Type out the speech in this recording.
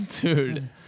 Dude